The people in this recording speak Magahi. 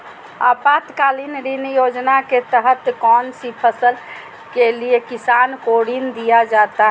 आपातकालीन ऋण योजना के तहत कौन सी फसल के लिए किसान को ऋण दीया जाता है?